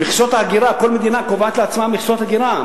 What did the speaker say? במכסות ההגירה, כל מדינה קובעת לעצמה מכסות הגירה.